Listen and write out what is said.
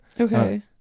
Okay